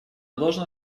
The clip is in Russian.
должно